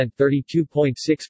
32.6%